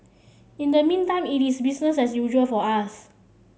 in the meantime it is business as usual for us